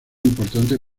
importante